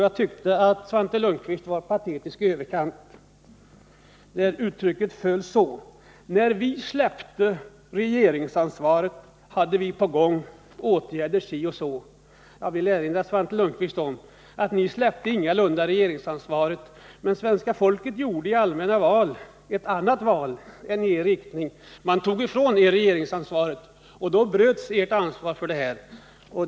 Jag tyckte att Svante Lundkvist var patetisk i överkant när uttrycket föll så här: När vi släppte regeringsansvaret hade vi på gång åtgärder si och så. Jag vill erinra Svante Lundkvist om att ni ingalunda ”släppte” regeringsansvaret. Men svenska folket gjorde i allmänna val ett annat val än i er riktning och tog ifrån er tegeringsansvaret, och då bröts ert ansvar för det här.